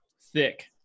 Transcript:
thick